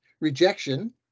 rejection